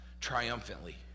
triumphantly